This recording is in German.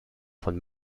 von